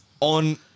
on